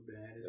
bad